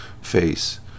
face